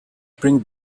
bring